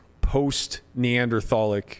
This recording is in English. post-Neanderthalic